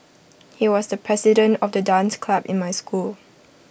he was the president of the dance club in my school